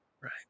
Right